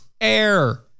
air